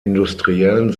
industriellen